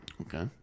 Okay